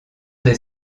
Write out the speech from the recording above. des